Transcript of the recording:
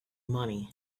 money